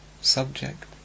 subject